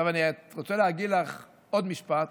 אני רוצה להגיד לך עוד משפט,